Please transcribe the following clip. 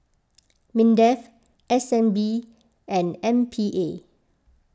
Mindef S N B and M P A